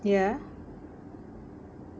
ya